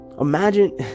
Imagine